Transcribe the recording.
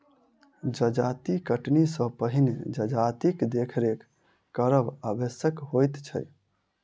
जजाति कटनी सॅ पहिने जजातिक देखरेख करब आवश्यक होइत छै